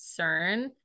CERN